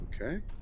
Okay